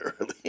early